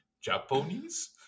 Japanese